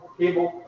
cable